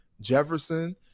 Jefferson